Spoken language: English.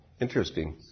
Interesting